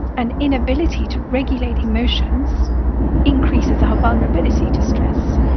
an inability to regulate emotions increases our vulnerability to stress.